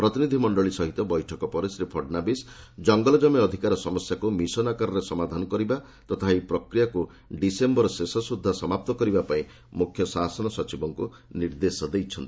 ପ୍ରତିନିଧିମଞ୍ଜଳୀ ସହିତ ବୈଠକ ପରେ ଶ୍ରୀ ଫଡନାଭିସଙ୍କ୍ ଜଙ୍ଗଲଜମି ଅଧିକାର ସମସ୍ୟାକୁ ମିଶନ ଆକାରରେ ସମାଧାନ କରିବା ତଥା ଏହି ପ୍ରକ୍ରିୟାକୁ ଡିସେୟର ଶେଷ ସୁଦ୍ଧା ସମାପ୍ତ କରିବା ପାଇଁ ମୁଖ୍ୟ ଶାସନ ସଚିବ ନିର୍ଦ୍ଦେଶ ଦେଇଛନ୍ତି